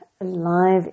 alive